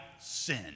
sin